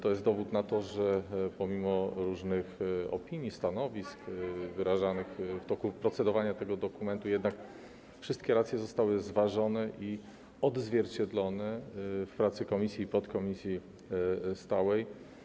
To jest dowód na to, że pomimo różnych opinii, stanowisk wyrażanych w toku procedowania tego dokumentu jednak wszystkie racje zostały zważone i odzwierciedlone w pracy komisji i podkomisji stałej.